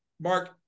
Mark